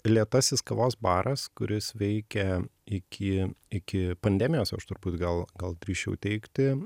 lėtasis kavos baras kuris veikė iki iki pandemijos aš turbūt gal gal drįsčiau teigti